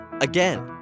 again